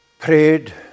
prayed